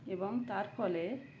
এবং তার ফলে